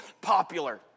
popular